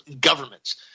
governments